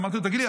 אמרתי: תגיד לי,